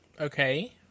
Okay